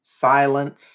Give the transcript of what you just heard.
silence